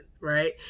right